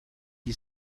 you